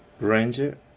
Ranger